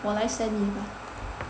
我来 send 你吧